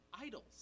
idols